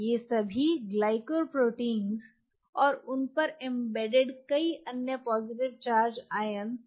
ये सभी ग्लाइको प्रोटीनों और उन पर एम्बेडेड कई अन्य पॉजिटिव चार्ज आयन हैं